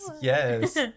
Yes